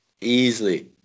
easily